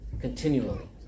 continually